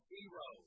Zero